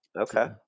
Okay